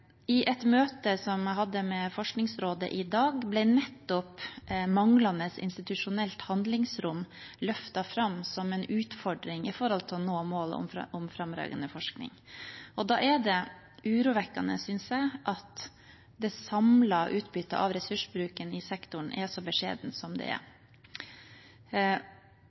I et møte som jeg hadde med Forskningsrådet i dag, ble nettopp manglende institusjonelt handlingsrom løftet fram som en utfordring med hensyn til å nå målet om fremragende forskning. Da synes jeg det er urovekkende at det samlete utbyttet av ressursbruken i sektoren er så beskjedent som det er.